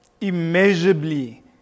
immeasurably